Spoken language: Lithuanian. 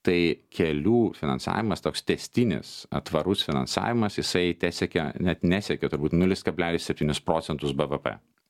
tai kelių finansavimas toks tęstinis tvarus finansavimas jisai tesiekia net nesiekia turbūt nulis kablelis septynis procentus bvp